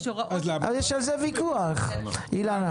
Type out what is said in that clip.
יש הוראות --- יש על זה ויכוח, אילנה.